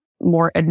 more